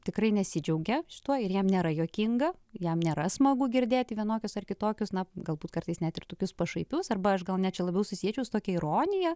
tikrai nesidžiaugia šituo ir jam nėra juokinga jam nėra smagu girdėti vienokius ar kitokius na galbūt kartais net ir tokius pašaipius arba aš gal net labiau susiečiau su tokia ironija